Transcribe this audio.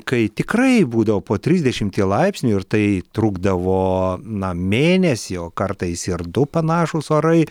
kai tikrai būdavo po trisdešimtį laipsnių ir tai trukdavo na mėnesį o kartais ir du panašūs orai